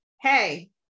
hey